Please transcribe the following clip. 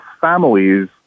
families